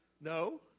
No